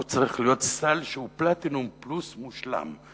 צריך להיות סל שהוא "פלטינום פלוס מושלם",